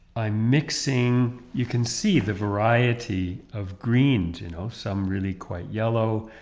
i'm mixing you can see the variety of greens, you know some really quite yellow,